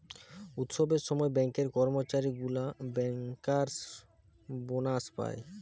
উৎসবের সময় ব্যাঙ্কের কর্মচারী গুলা বেঙ্কার্স বোনাস পায়